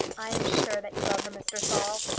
i am sure that you love her, mr. saul.